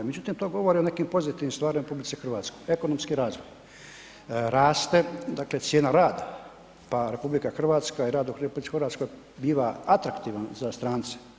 Međutim to govori o nekim pozitivnim stvarima o RH, ekonomski razvoj, raste cijena rada pa RH i rad u RH biva atraktivan za strance.